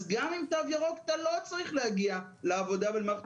אז גם עם תו ירוק אתה לא צריך להגיע לעבודה ולמערכת